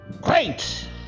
Great